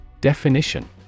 Definition